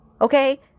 Okay